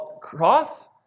cross